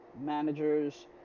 managers